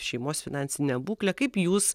šeimos finansinę būklę kaip jūs